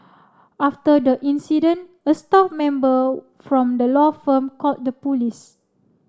after the incident a staff member from the law firm called the police